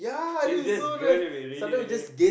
is just going to be really really